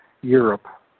Europe